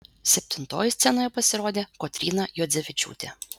septintoji scenoje pasirodė kotryna juodzevičiūtė